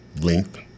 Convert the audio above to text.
Length